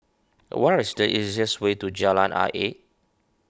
what is the easiest way to Jalan Ayer